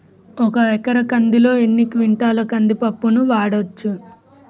ఒక ఎకర కందిలో ఎన్ని క్వింటాల కంది పప్పును వాడచ్చు?